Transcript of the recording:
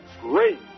great